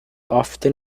often